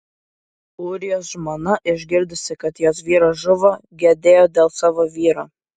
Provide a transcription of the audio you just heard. ūrijos žmona išgirdusi kad jos vyras žuvo gedėjo dėl savo vyro